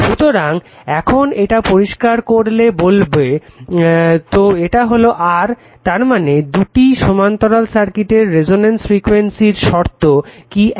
সুতরাং এখন এটা পরিষ্কার করে বললে তো এটা হলো r তার মানে দুটি সমান্তরাল সার্কিটের রেজোন্যান্স ফ্রিকুয়েন্সির শর্ত কি এক